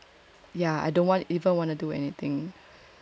yeah I don't want even want to do anything